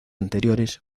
anteriores